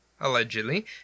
Allegedly